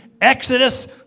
Exodus